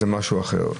זה משהו אחר.